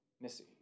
Missy